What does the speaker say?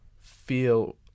feel